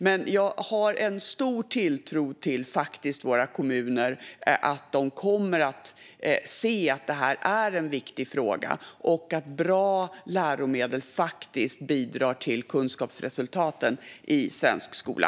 Men jag har faktiskt en stor tilltro till att våra kommuner kommer att se att detta är en viktig fråga och att bra läromedel faktiskt bidrar till kunskapsresultaten i svensk skola.